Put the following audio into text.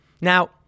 Now